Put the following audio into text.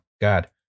god